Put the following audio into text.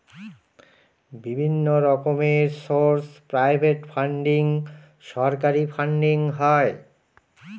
বিভিন্ন রকমের source private funding, সরকারি ফান্ডিং হয়